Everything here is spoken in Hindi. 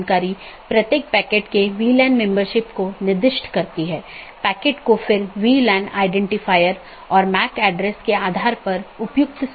BGP वेरजन 4 में बड़ा सुधार है कि यह CIDR और मार्ग एकत्रीकरण को सपोर्ट करता है